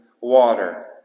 water